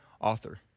author